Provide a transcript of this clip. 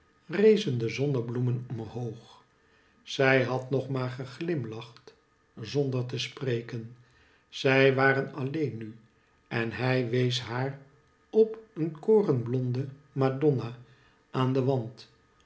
de zonbloemen omhoog zij had nog maar geglimlacht zonder te spreken zij waren alleen nu en hij wees haar op een korenblonde madonna aan den wand